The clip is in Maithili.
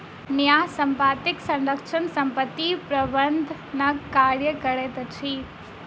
न्यास संपत्तिक संरक्षक संपत्ति प्रबंधनक कार्य करैत अछि